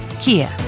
Kia